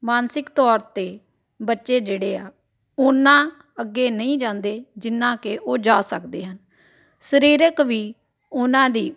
ਮਾਨਸਿਕ ਤੌਰ 'ਤੇ ਬੱਚੇ ਜਿਹੜੇ ਆ ਉਹਨਾਂ ਅੱਗੇ ਨਹੀਂ ਜਾਂਦੇ ਜਿੰਨਾ ਕੇ ਉਹ ਜਾ ਸਕਦੇ ਹਨ ਸਰੀਰਕ ਵੀ ਉਹਨਾਂ ਦੀ